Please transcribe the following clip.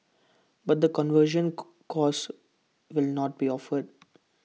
but the conversion course will not be offered